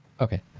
Okay